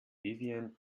vivien